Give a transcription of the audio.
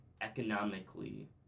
economically